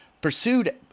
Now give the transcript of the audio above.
Pursued